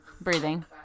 breathing